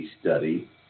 study